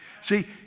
See